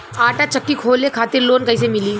आटा चक्की खोले खातिर लोन कैसे मिली?